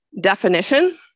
definition